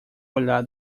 olhar